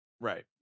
Right